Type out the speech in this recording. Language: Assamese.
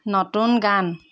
নতুন গান